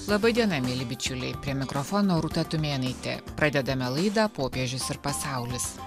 laba diena mieli bičiuliai prie mikrofono rūta tumėnaitė pradedame laidą popiežius ir pasaulis